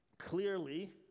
clearly